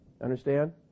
Understand